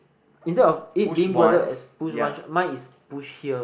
instead of it being worded as push mine is push here